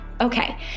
Okay